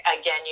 again